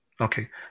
Okay